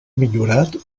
millorat